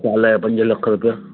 साल जा पंज लख रुपिया